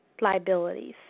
liabilities